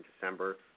December